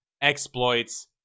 Exploits